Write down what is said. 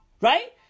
right